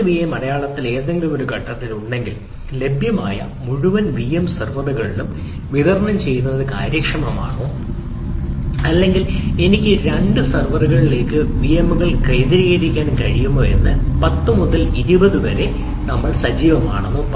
അടയാളത്തിന്റെ ഏതെങ്കിലും ഘട്ടത്തിൽ ഉണ്ടെങ്കിൽ ലഭ്യമായ മുഴുവൻ വിഎം സെർവറുകളിലും വിതരണം ചെയ്യുന്നത് കാര്യക്ഷമമാണോ അല്ലെങ്കിൽ എനിക്ക് രണ്ട് സെർവറുകളിലേക്ക് വിഎമ്മുകൾ കേന്ദ്രീകരിക്കാൻ കഴിയുമോ എന്ന് 10 അല്ലെങ്കിൽ 20 വിഎമ്മുകൾ സജീവമാണെന്ന് പറയുന്നു